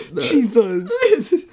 Jesus